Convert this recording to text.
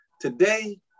Today